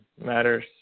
matters